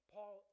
Paul